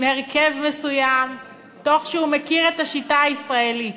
עם הרכב מסוים, כשהוא מכיר את השיטה הישראלית,